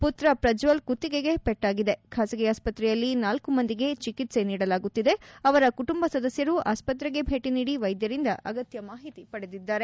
ಮತ್ರ ಪ್ರಜ್ವಲ್ ಕುತ್ತಿಗೆಗೆ ಪಟ್ಟಾಗಿದೆ ಖಾಸಗಿ ಆಸ್ಪತ್ರೆಯಲ್ಲಿ ನಾಲ್ಕು ಮಂದಿಗೆ ಚಿಕಿತ್ಸೆ ನೀಡಲಾಗುತ್ತಿದೆ ಅವರ ಕುಟುಂಬ ಸದಸ್ಕರು ಆಸ್ಪತ್ರೆಗೆ ಭೇಟಿ ನೀಡಿ ವೈದ್ಯರಿಂದ ಅಗತ್ಯ ಮಾಹಿತಿ ಪಡೆದಿದ್ದಾರೆ